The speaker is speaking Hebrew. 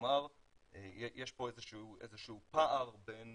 כלומר יש איזה שהוא פער בין